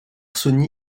sony